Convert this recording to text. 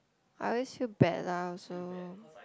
I always feel bad lah also